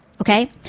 Okay